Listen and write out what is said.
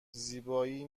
زیبایی